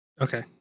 Okay